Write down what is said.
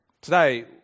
Today